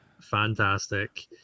fantastic